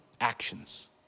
actions